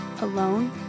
Alone